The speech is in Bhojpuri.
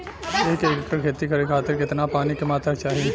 एक एकड़ खेती करे खातिर कितना पानी के मात्रा चाही?